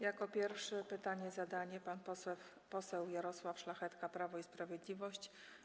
Jako pierwszy pytanie zadaje pan poseł Jarosław Szlachetka, Prawo i Sprawiedliwość.